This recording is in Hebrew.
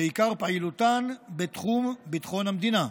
שעיקר פעילותן בתחום ביטחון המדינה,